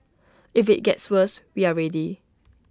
if IT gets worse we are ready